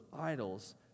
idols